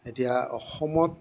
এতিয়া অসমত